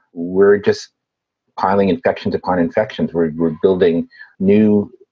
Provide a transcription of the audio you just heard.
we're just piling infections upon infections where we're building new